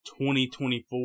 2024